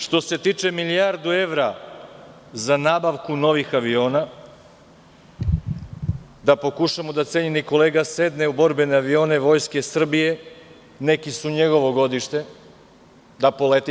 Što se tiče milijardu evra za nabavku novih aviona, da pokušamo da cenjeni kolega sedne u borbene avione Vojske Srbije, neki su njegovo godište, da poleti.